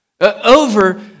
over